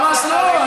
ממש לא.